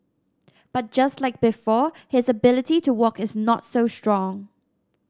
but just like before his ability to walk is not so strong